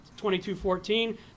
22.14